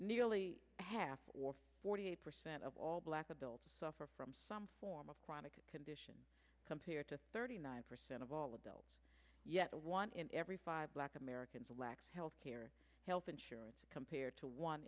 nearly half or forty eight percent of all black adult suffer from some form of chronic condition compared to thirty nine percent of all adults yet one in every five black americans lack health care or health insurance compared to one